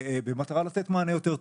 ובמטרה לתת מענה יותר טוב.